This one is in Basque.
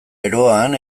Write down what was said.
eroan